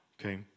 Okay